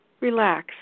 Relax